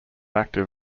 active